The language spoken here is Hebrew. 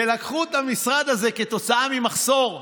לקחו את המשרד הזה, כתוצאה ממחסור בחדרים,